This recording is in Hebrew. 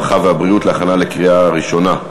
הרווחה והבריאות להכנה לקריאה ראשונה.